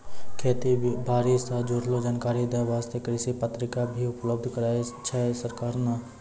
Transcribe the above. खेती बारी सॅ जुड़लो जानकारी दै वास्तॅ कृषि पत्रिका भी उपलब्ध कराय छै सरकार नॅ